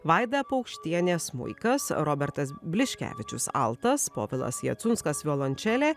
vaida paukštienė smuikas robertas bliškevičius altas povilas jacunskas violončelė